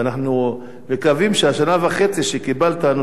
ואנחנו מקווים שבשנה וחצי הנוספות שקיבלת,